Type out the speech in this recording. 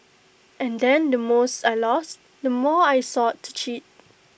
and then the mores I lost the more I sought to cheat